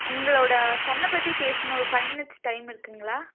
உங்களோட சன்னை பற்றி பேசணும் ஒரு ஃபைவ் மினிட்ஸ் டைம் இருக்குதுங்களா